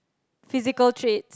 physical trait